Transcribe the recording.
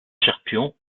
cherpion